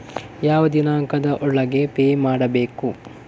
ಯಾವ ದಿನಾಂಕದ ಒಳಗೆ ಪೇ ಮಾಡಬೇಕು?